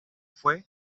fue